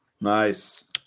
Nice